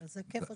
איזה כיף,